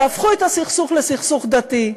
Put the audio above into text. תהפכו את הסכסוך לסכסוך דתי.